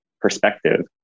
perspective